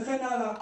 וכן הלאה.